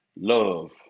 Love